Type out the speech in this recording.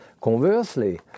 Conversely